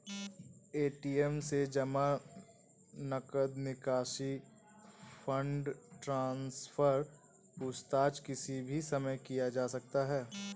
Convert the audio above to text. ATM से जमा, नकद निकासी, फण्ड ट्रान्सफर, पूछताछ किसी भी समय किया जा सकता है